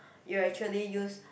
you actually use